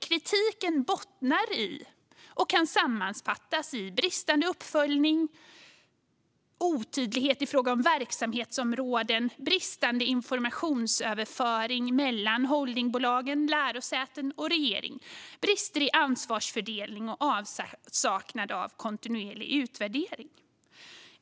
Kritiken bottnar i och kan sammanfattas som bristande uppföljning, otydlighet i fråga om verksamhetsområden, bristande informationsöverföring mellan holdingbolag, lärosäten och regering, brister i ansvarsfördelning och avsaknad av kontinuerlig utvärdering.